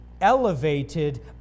elevated